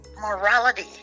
morality